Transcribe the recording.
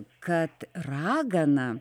kad ragana